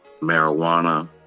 marijuana